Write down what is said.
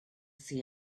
see